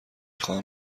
خواهم